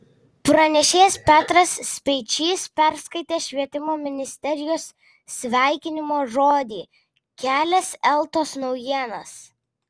pranešėjas petras speičys perskaitė švietimo ministerijos sveikinimo žodį kelias eltos naujienas